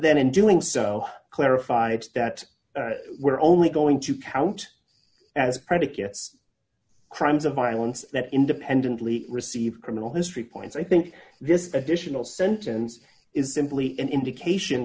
then in doing so clarified that we're only going to count as predicates crimes of violence that independently receive criminal history points i think this additional sentence is simply an indication